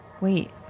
Wait